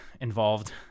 involved